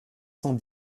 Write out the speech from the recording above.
cent